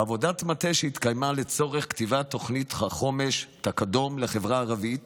בעבודת מטה שהתקיימה לצורך כתיבת תוכנית החומש תקאדום לחברה הערבית